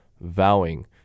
vowing